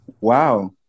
Wow